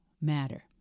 matter